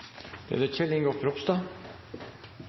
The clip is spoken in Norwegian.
Da er det